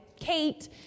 Kate